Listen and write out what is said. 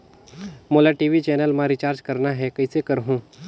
मोला TV channel मा recharge करना हे, कइसे करहुँ?